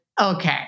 okay